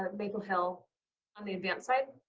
um maple hill on the advanced side,